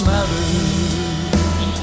Matters